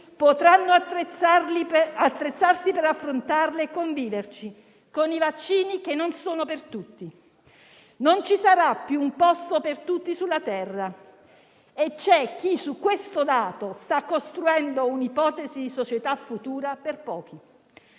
potranno attrezzarsi per affrontarle e conviverci, con i vaccini che non sono per tutti. Non ci sarà più un posto per tutti sulla terra e c'è chi su questo dato sta costruendo un'ipotesi di società futura per pochi.